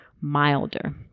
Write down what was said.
milder